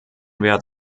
wert